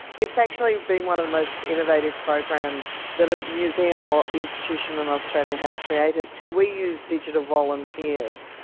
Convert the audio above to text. it's actually been one of the most innovative programs that a museum or institution in australia has created. so we use digital volunteers,